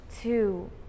two